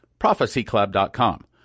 ProphecyClub.com